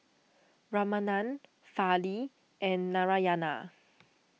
Ramanand Fali and Narayana